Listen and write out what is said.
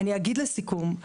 לסיכום,